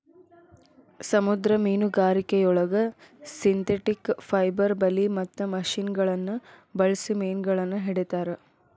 ಸಮುದ್ರ ಮೇನುಗಾರಿಕೆಯೊಳಗ synthetic fibre ಬಲಿ ಮತ್ತ ಮಷಿನಗಳನ್ನ ಬಳ್ಸಿ ಮೇನಗಳನ್ನ ಹಿಡೇತಾರ